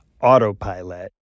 autopilot